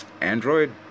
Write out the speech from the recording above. ...Android